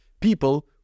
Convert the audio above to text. people